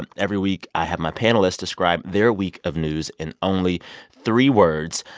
and every week, i have my panelists describe their week of news in only three words.